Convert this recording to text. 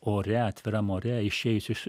ore atviram ore išėjus iš